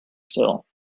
still